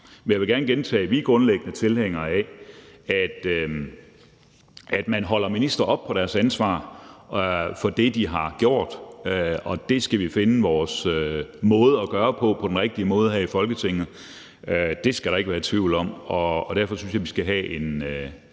Men jeg vil gerne gentage, at vi grundlæggende er tilhængere af, at man holder ministre op på deres ansvar for det, de har gjort, og det skal vi finde vores måde at gøre på, så vi gør det på den rigtige måde her i Folketinget. Det skal der ikke være tvivl om. Derfor synes jeg, vi skal have en